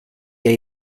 hay